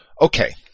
Okay